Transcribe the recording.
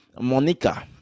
Monica